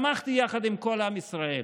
שמחתי יחד עם כל עם ישראל.